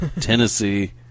Tennessee